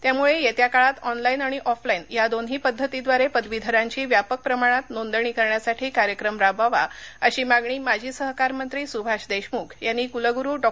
त्यामुळे येत्या काळात ऑनलाईन आणि ऑफलाईन या दोन्ही पद्धतींद्वारे पदवीधरांची व्यापक प्रमाणात नोंदणी करण्यासाठी कार्यक्रम राबवावा अशी मागणी माजी सहकारमंत्री सुभाष देशमुख यांनी कुलगुरू डॉ